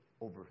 over